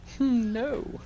No